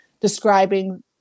describing